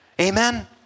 Amen